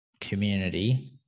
community